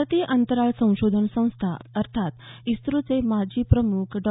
भारतीय अंतराळ संशोधन संस्था अर्थात इस्रोचे माजी प्रमुख डॉ